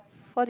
forty